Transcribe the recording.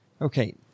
Okay